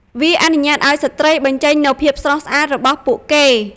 វាអនុញ្ញាតឱ្យស្ត្រីបញ្ចេញនូវភាពស្រស់ស្អាតរបស់ពួកគេ។